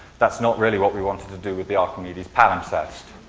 that's not really what we wanted to do with the archimedes palimpsest.